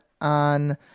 on